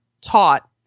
taught